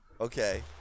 okay